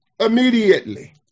Immediately